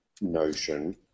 notion